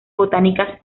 botánicas